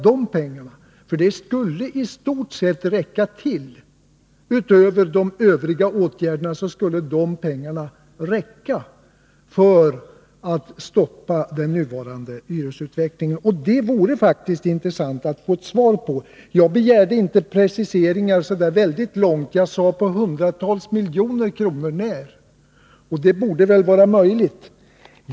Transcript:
De pengarna skulle tillsammans med de övriga åtgärderna räcka för att göra det. Det vore intressant att få ett svar på den frågan. Jag begärde här inte preciseringar som gick alltför långt, utan jag talade om belopp på hundratals miljoner kronor när, och de borde väl vara möjliga att ange.